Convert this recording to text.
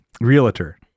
realtor